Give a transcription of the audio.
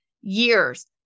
years